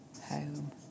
home